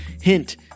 Hint